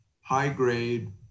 high-grade